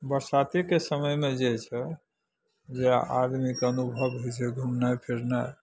बरसातेके समयमे जे छै जे आदमीकेँ अनुभव होइ छै घुमनाइ फिरनाइ